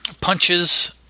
Punches